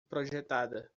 projetada